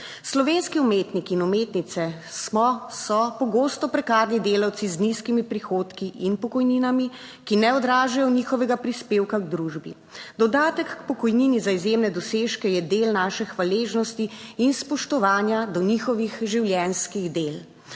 Slovenski umetniki in umetnice smo so pogosto prekarni delavci, z nizkimi prihodki in pokojninami, ki ne odražajo njihovega prispevka k družbi. Dodatek k pokojnini za izjemne dosežke je del naše hvaležnosti in spoštovanja do njihovih življenjskih del.